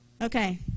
okay